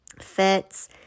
fits